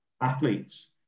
athletes